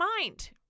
mind